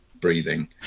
breathing